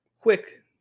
Quick